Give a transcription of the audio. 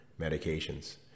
medications